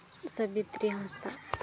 Sabitri Hansda